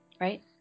right